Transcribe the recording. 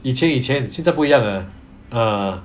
以前以前不一样了 ah